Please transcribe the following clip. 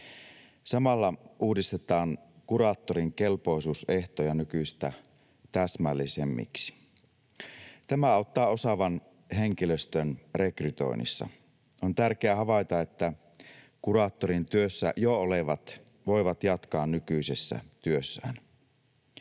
Samalla uudistetaan kuraattorin kelpoisuusehtoja nykyistä täsmällisemmiksi. Tämä auttaa osaavan henkilöstön rekrytoinnissa. On tärkeää havaita, että kuraattorin työssä jo olevat voivat jatkaa nykyisessä työssään.